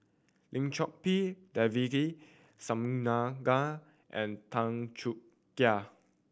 Lim Chor Pee Devagi Sanmugam and Tan Choo Kai